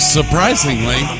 Surprisingly